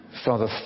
Father